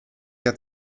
der